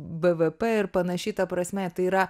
bvp ir panašiai ta prasme tai yra